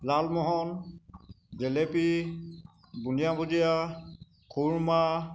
লালমোহন জেলেপি বুন্দিয়া ভুজিয়া খুৰ্মা